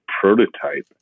prototype